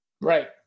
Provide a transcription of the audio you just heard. right